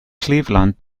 cleveland